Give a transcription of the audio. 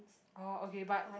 oh okay but